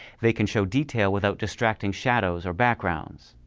they can show detail without distracting shadows or backgrounds.